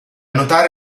notare